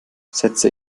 setzte